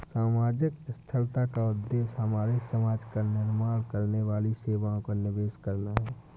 सामाजिक स्थिरता का उद्देश्य हमारे समाज का निर्माण करने वाली सेवाओं का निवेश करना है